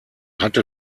hatte